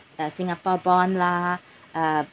uh singapore bond lah uh